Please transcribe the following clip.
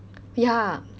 ya